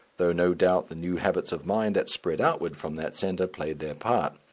though no doubt the new habits of mind that spread outward from that centre played their part.